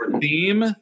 Theme